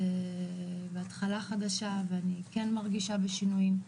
והתחלה חדשה ואני כן מרגישה בשינויים,